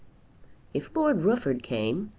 if lord rufford came,